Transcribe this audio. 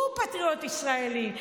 הוא פטריוט ישראלי.